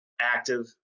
active